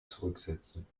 zurücksetzen